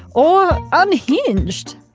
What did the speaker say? or unhinged?